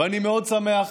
ואני מאוד שמח,